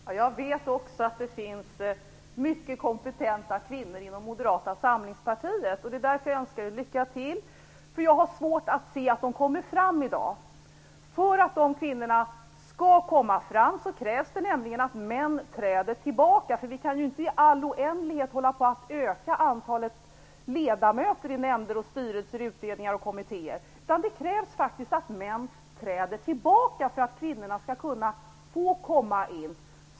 Herr talman! Jag vet också att det finns mycket kompetenta kvinnor inom Moderata samlingspartiet. Det är därför jag önskar er lycka till; jag har svårt att se att de kommer fram i dag. För att de kvinnorna skall komma fram krävs det nämligen att män träder tillbaka. Vi kan ju inte i all oändlighet hålla på och öka antalet ledamöter i nämnder och styrelser, utredningar och kommittéer. För att kvinnorna skall kunna få komma in krävs det faktiskt att män träder tillbaka.